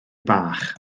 bach